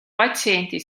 patsienti